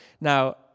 Now